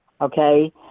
okay